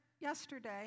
yesterday